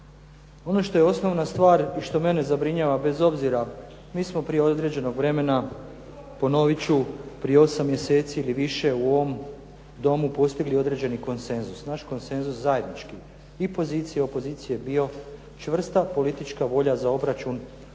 Ono što je osnovna stvar i što mene zabrinjava bez obzira mi smo prije određenog vremena, ponovit ću prije 8 mjeseci ili više u ovom Domu postigli određeni konsenzus. Naš konsenzus zajednički i pozicije i opozicije je bio čvrsta politička volja za obračun sa